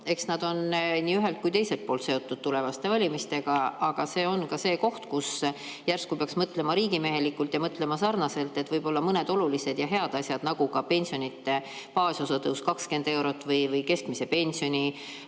Eks nad on nii ühelt kui ka teiselt poolt seotud tulevaste valimistega. Aga see on ka see koht, kus järsku peaks mõtlema riigimehelikult ja mõtlema sarnaselt, et võib-olla mõned olulised ja head asjad, nagu pensionide baasosa tõus 20 eurot või keskmise pensioni